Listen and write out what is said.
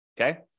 Okay